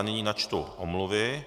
Nyní načtu omluvy.